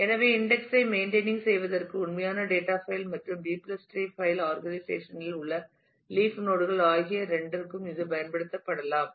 எனவே இன்டெக்ஸ் ஐ மெயின்டெயினிங் செய்வதற்கு உண்மையான டேட்டா பைல் மற்றும் பி டிரீ B treeபைல் ஆர்கனைசேஷன் இல் உள்ள லீப் நோட் கள் ஆகிய இரண்டிற்கும் இது பயன்படுத்தப்படலாம்